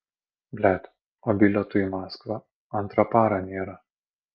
blet o bilietų į maskvą antrą parą nėra